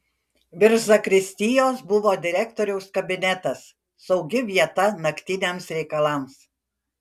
virš zakristijos buvo direktoriaus kabinetas saugi vieta naktiniams reikalams